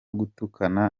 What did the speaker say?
gutukana